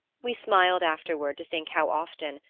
we smiled afterward to think how often,